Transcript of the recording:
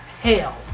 hell